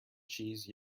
cheese